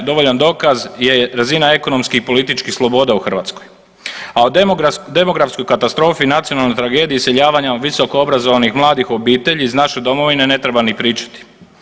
Dovoljan dokaz je razina ekonomskih i političkih sloboda u Hrvatskoj, a o demografskoj katastrofi i nacionalnoj tragediji iseljavanja visokoobrazovanih mladih obitelji iz naše domovine ne treba ni pričati.